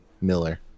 Miller